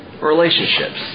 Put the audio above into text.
relationships